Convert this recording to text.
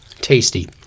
tasty